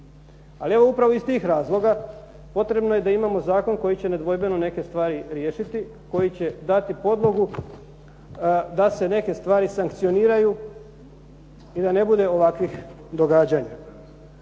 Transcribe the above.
Ali evo, upravo iz tih razloga potrebno je da imamo zakon koji će nedvojbeno neke stvari riješiti, koji će dati podlogu da se neke stvari sankcioniraju i da ne bude ovakvih događanja.